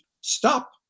stop